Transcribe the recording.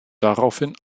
daraufhin